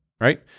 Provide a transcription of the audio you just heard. Right